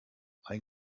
ein